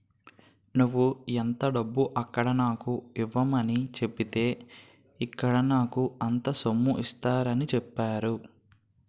నువ్వు ఎంత డబ్బు అక్కడ నాకు ఇమ్మని సెప్పితే ఇక్కడ నాకు అంత సొమ్ము ఇచ్చేత్తారని చెప్పేరు